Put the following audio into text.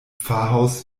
pfarrhaus